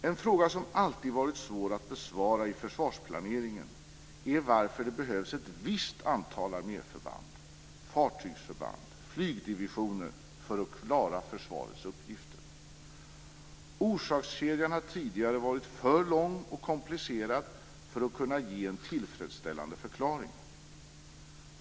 En fråga som alltid har varit svår att besvara i försvarsplaneringen är varför det behövs ett visst antal arméförband, fartygsförband och flygdivisioner för att klara försvarets uppgifter. Orsakskedjan har tidigare varit för lång och komplicerad för att kunna ge en tillfredsställande förklaring.